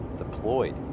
deployed